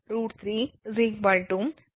11 kV